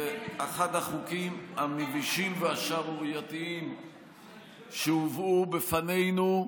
אני חושב שמדובר באחד החוקים המבישים והשערורייתיים שהובאו בפנינו,